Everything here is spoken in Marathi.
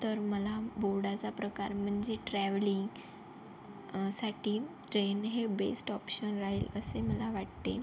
तर मला बोर्डाचा प्रकार म्हणजे ट्रॅव्हलिंगसाठी ट्रेन हे बेस्ट ऑप्शन राहील असे मला वाटते